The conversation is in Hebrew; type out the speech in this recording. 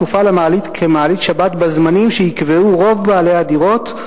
תופעל המעלית כמעלית שבת בזמנים שיקבעו רוב בעלי הדירות,